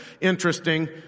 interesting